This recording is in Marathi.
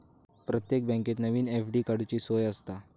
प्रत्येक बँकेत नवीन एफ.डी काडूची सोय आसता